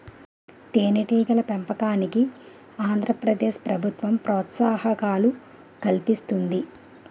తేనెటీగల పెంపకానికి ఆంధ్ర ప్రదేశ్ ప్రభుత్వం ప్రోత్సాహకాలు కల్పిస్తుంది